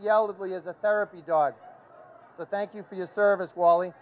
the elderly as a therapy dog so thank you for your service wally